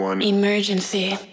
emergency